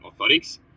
orthotics